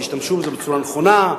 שישתמשו בזה בצורה נכונה,